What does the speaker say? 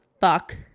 fuck